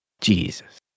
Jesus